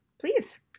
Please